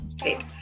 Great